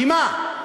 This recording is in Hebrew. כי מה?